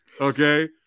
Okay